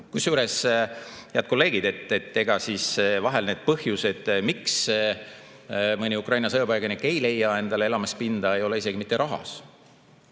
Kusjuures, head kolleegid, ega siis vahel need põhjused, miks mõni Ukraina sõjapõgenik ei leia endale elamispinda, ei ole isegi mitte rahas,